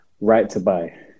right-to-buy